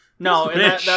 No